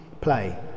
Play